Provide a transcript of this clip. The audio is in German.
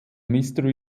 mystery